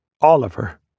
Oliver